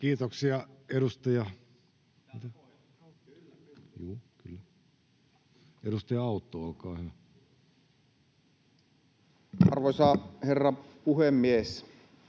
Kiitoksia. — Edustaja Autto, olkaa hyvä. Arvoisa herra puhemies!